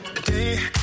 Day